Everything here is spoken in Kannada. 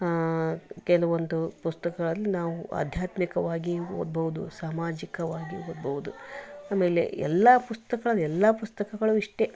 ಕೆಲವೊಂದು ಪುಸ್ತಕಗಳಲ್ಲಿ ನಾವು ಆಧ್ಯಾತ್ಮಿಕವಾಗಿಯೂ ಓದ್ಬೋದು ಸಾಮಾಜಿಕವಾಗಿಯೂ ಓದ್ಬೋದು ಆಮೇಲೆ ಎಲ್ಲ ಪುಸ್ತಕಗಳು ಎಲ್ಲ ಪುಸ್ತಕಗಳು ಇಷ್ಟೆ